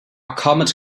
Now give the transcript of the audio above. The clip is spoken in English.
comet